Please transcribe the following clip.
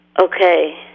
Okay